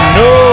no